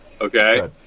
Okay